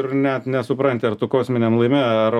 ir net nesupranti ar tu kosminiam laive ar